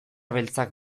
beltzak